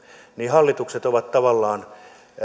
hallitukset ovat tavallaan